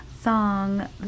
song